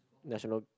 natural